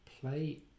play